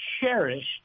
cherished